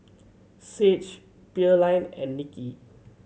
Sage Pearline and Niki